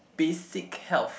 basic health